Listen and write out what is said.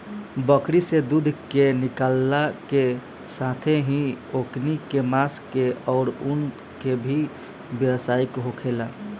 बकरी से दूध के निकालला के साथेही ओकनी के मांस के आउर ऊन के भी व्यवसाय होखेला